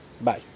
bye